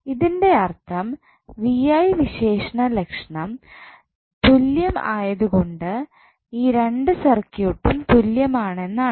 ഇതിൻറെ അർത്ഥം V I വിശേഷലക്ഷണം തുല്യം ആയതുകൊണ്ട് ഈ രണ്ട് സർക്യൂട്ടും തുല്യമാണെന്നാണ്